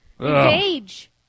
engage